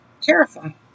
terrifying